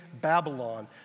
Babylon